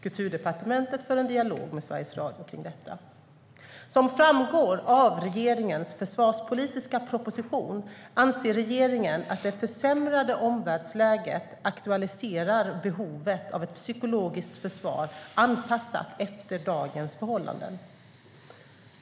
Kulturdepartementet för en dialog med Sveriges Radio om detta. Som framgår av regeringens försvarspolitiska proposition anser regeringen att det försämrade omvärldsläget aktualiserar behovet av ett psykologiskt försvar anpassat efter dagens förhållanden.